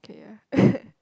okay yeah